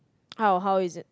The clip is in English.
how how is it